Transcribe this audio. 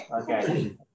Okay